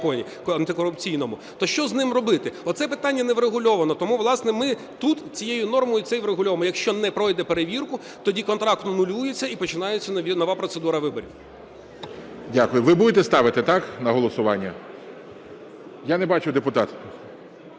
антикорупційному, то що з ним робити? Це питання не врегульовано. Тому, власне, ми тут цією нормою це і врегульовуємо. Якщо не пройде перевірку, тоді контракт анулюється і починається нова процедура виборів. ГОЛОВУЮЧИЙ. Дякую. Ви будете ставити, так, на голосування? Я не бачу депутата.